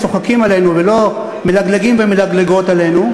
צוחקים עלינו",